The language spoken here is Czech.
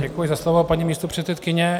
Děkuji za slovo, paní místopředsedkyně.